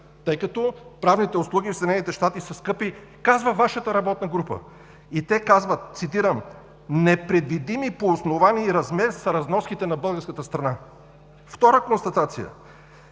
тъй като правните услуги в Съединените щати са скъпи, казва Вашата работна група. И те казват, цитирам: „Непредвидими по основание и размер са разноските на българската страна.“ Втора констатация.